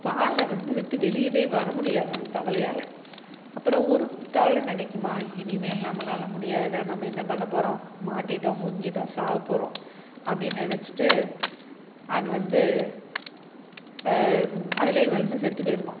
பாலை வந்து விட்டு வெளியவே வர முடியாதாம் அந்த தவளையால் அப்புறம் ஒரு தவளை நினைக்குமா இனிமேல் நம்மளால் முடியாதுடா நம்ம என்ன பண்ண போகறோம் மாட்டிகிட்டோம் முங்கிவிட்டோம் சாவ போகறோம் அப்படினு நினச்சிட்டு அது வந்து அதுலையே விழுந்து செத்து போய்ருமாம்